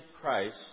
Christ